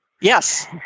Yes